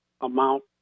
amount